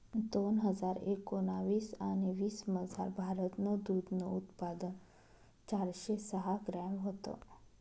दोन हजार एकोणाविस आणि वीसमझार, भारतनं दूधनं उत्पादन चारशे सहा ग्रॅम व्हतं